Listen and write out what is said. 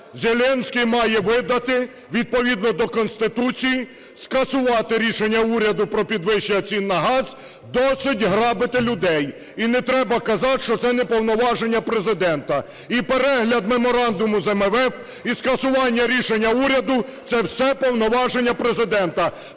Зеленський має видати: відповідно до Конституції скасувати рішення уряду про підвищення ціни на газ. Досить грабити людей! І не треба казати, що це не повноваження Президента. І перегляд Меморандуму з МВФ, і скасування рішення уряду – це все повноваження Президента.